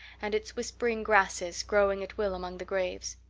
and its whispering grasses growing at will among the graves.